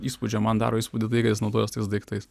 įspūdžio man daro įspūdį tai ką jis naudojo su daiktais